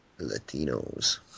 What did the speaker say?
Latinos